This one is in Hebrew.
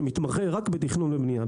שמתמחה בתכנון ובבנייה,